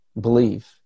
Believe